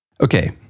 Okay